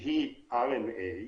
שהיא רנ"א,